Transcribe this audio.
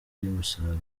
ry’umusaruro